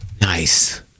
Nice